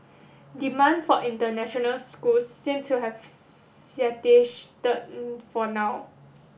demand for international schools seems to have been for now